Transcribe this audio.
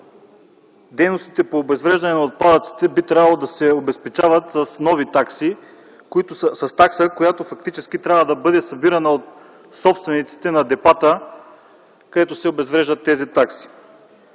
дейностите по обезвреждане на отпадъците би трябвало да се обезпечават с такса, която фактически трябва да бъде събирана от собствениците на депата, където се обезвреждат тези отпадъци.